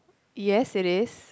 yes it is